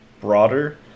broader